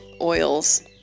oils